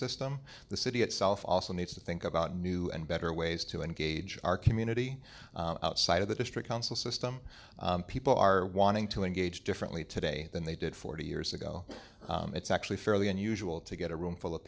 system the city itself also needs to think about new and better ways to engage our community outside of the district council system people are wanting to engage differently today than they did forty years ago it's actually fairly unusual to get a room full of